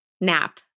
nap